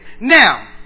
Now